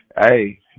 hey